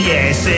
Yes